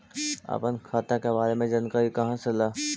अपन खाता के बारे मे जानकारी कहा से ल?